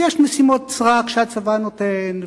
יש משימות סרק שהצבא נותן,